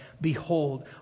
Behold